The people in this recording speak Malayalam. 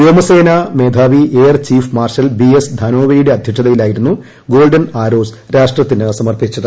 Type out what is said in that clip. വ്യോമസേനാ മേധാവി എയർ ചീഫ്മാർഷൽ ബി എസ് ധനോവയുടെ അധ്യക്ഷതയിലായിരുന്നു ഗോൾഡൻ ആരോസ്സ് രാഷ്ട്രത്തിനു സമർപ്പിച്ചത്